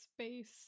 space